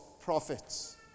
prophets